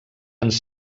ens